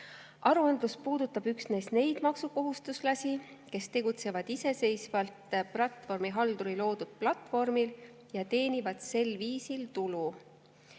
Aruandlus puudutab üksnes neid maksukohustuslasi, kes tegutsevad iseseisvalt platvormihalduri loodud platvormil ja teenivad sel viisil tulu.